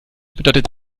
bedeutet